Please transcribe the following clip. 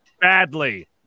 badly